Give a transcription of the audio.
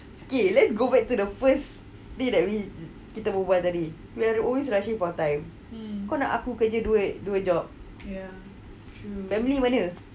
okay let's go back to first thing that we kita berbual tadi we are always rushing for time kau nak aku kerja dua job family mana